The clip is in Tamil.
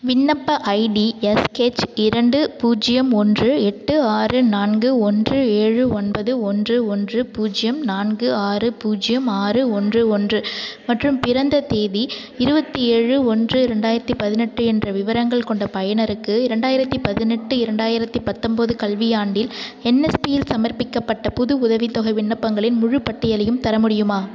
விண்ணப்ப ஐடி எஸ் ஹெச் இரண்டு பூஜ்ஜியம் ஒன்று எட்டு ஆறு நான்கு ஒன்று ஏழு ஒன்பது ஒன்று ஒன்று பூஜ்ஜியம் நான்கு ஆறு பூஜ்ஜியம் ஆறு ஒன்று ஒன்று மற்றும் பிறந்த தேதி இருபத்தி ஏழு ஒன்று ரெண்டாயிரத்தி பதினெட்டு என்ற விவரங்கள் கொண்ட பயனருக்கு இரண்டாயிரத்தி பதினெட்டு இரண்டாயிரத்தி பத்தொம்போது கல்வியாண்டில் என்எஸ்பியில் சமர்ப்பிக்கப்பட்ட புது உதவித்தொகை விண்ணப்பங்களின் முழுப்பட்டியலையும் தர முடியுமா